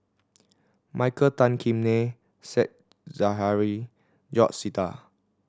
Michael Tan Kim Nei Said Zahari George Sita